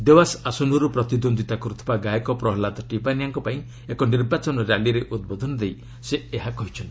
ଦେୱାସ ଆସନରୁ ପ୍ରତିଦ୍ୱନ୍ଦିତା କରୁଥିବା ଗାୟକ ପ୍ରହଲ୍ଲାଦ ଟିପାନିଆଙ୍କ ପାଇଁ ଏକ ନିର୍ବାଚନ ର୍ୟାଲିରେ ଉଦ୍ବୋଧନ ଦେଇ ସେ ଏହା କହିଛନ୍ତି